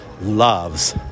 loves